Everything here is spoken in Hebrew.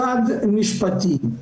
הצד המשפטי.